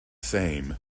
same